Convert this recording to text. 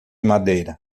madeira